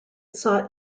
sought